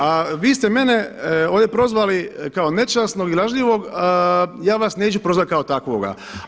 A vi ste mene ovdje prozvali kao nečasnog i lažljivog, ja vas neću prozvati kao takvoga.